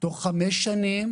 תוך חמש שנים